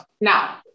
now